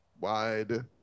Wide